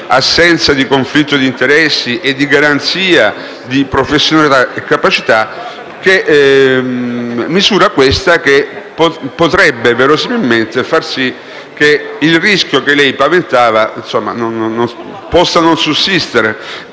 assenza di conflitto di interessi e di garanzia di professionalità e capacità; questa misura potrebbe verosimilmente far sì che il rischio che lei paventava possa non sussistere.